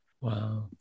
Wow